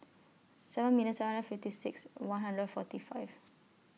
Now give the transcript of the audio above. seven million seven hundred fifty six one hundred forty five